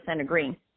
agree